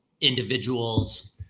individuals